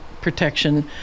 protection